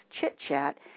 chit-chat